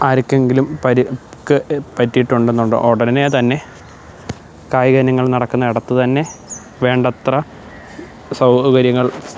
ആരെയൊക്കെയെങ്കിലും പരിക്ക് പറ്റിയിട്ടുണ്ടെന്നുണ്ടെ ഉടനെ തന്നെ കായിക ഇനങ്ങള് നടക്കുന്ന ഇടത്തു തന്നെ വേണ്ടത്ര സൗകര്യങ്ങള്